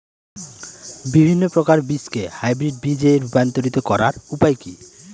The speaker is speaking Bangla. বিভিন্ন প্রকার বীজকে হাইব্রিড বীজ এ রূপান্তরিত করার উপায় কি?